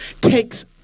takes